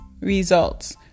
results